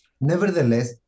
Nevertheless